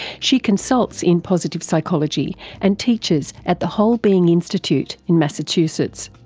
she consults in positive psychology and teaches at the wholebeing institute in massachusetts.